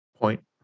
Point